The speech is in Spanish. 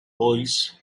boys